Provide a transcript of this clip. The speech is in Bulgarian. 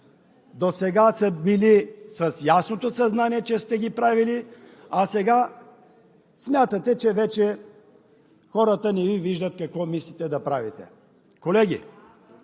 Досега сте били с ясното съзнание, че сте ги правили, а сега смятате, че вече хората не виждат какво мислите да правите! Колеги,